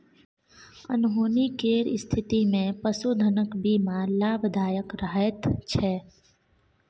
अनहोनी केर स्थितिमे पशुधनक बीमा लाभदायक रहैत छै